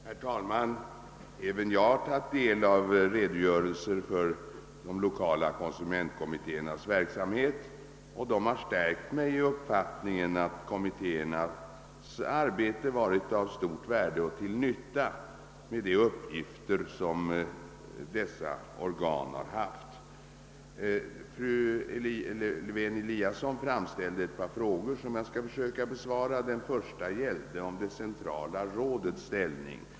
Herr talman! Även jag har tagit del av redogörelser för de lokala konsumentkommittéernas verksamhet och de har stärkt mig i uppfattningen att kommittéernas arbete med de uppgifter som dessa organ har haft varit till stort värde och till nytta. Fru Lewén-Eliasson framställde ett par frågor som jag skall försöka att besvara. En av frågorna rörde det centrala rådets ställning.